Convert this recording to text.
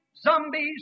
zombies